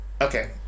okay